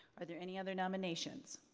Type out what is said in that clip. are there any other nominations?